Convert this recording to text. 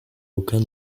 aucun